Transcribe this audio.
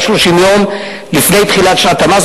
עד 30 ימים לפני תחילת שנת המס,